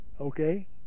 Okay